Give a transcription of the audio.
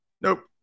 Nope